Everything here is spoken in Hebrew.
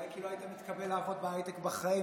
אולי כי לא היית מתקבל לעבוד בהייטק בחיים,